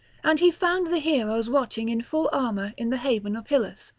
and he found the heroes watching in full armour in the haven of hyllus,